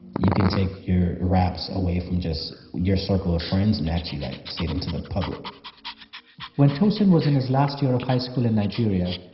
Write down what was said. you can take your raps away from just your circle of friends and actually, like, say them to the public when tosin was in his last year of high school in nigeria,